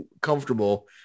comfortable